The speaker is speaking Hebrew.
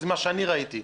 ממה שאני ראיתי.